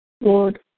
Lord